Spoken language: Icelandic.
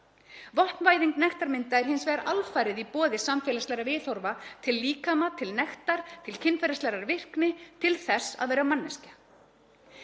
Vopnvæðing nektarmynda er hins vegar alfarið í boði samfélagslegra viðhorfa til líkama, til nektar, til kynferðislegrar virkni, til þess að vera manneskja.